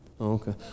Okay